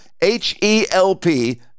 h-e-l-p